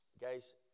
Guys